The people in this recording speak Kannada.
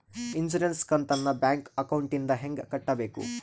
ಇನ್ಸುರೆನ್ಸ್ ಕಂತನ್ನ ಬ್ಯಾಂಕ್ ಅಕೌಂಟಿಂದ ಹೆಂಗ ಕಟ್ಟಬೇಕು?